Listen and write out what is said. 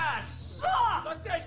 Suck